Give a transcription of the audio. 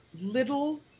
little